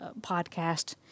podcast